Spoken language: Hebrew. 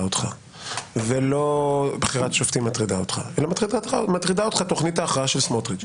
אותך ולא בחירת שופטים אלא מטרידה אותך תוכנית ההכרעה של סמוטריץ'.